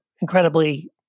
incredibly